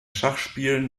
schachspielen